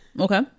okay